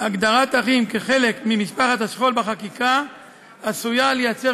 הגדרת אחים כחלק ממשפחת השכול בחקיקה עשויה לייצר